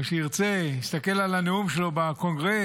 מי שירצה יסתכל על הנאום שלו בקונגרס,